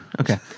Okay